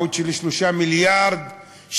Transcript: בטעות של 3 מיליארד שקל.